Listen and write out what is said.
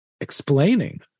explaining